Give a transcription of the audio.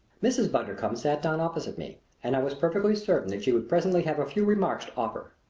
mrs. bundercombe sat down opposite me and i was perfectly certain that she would presently have a few remarks to offer.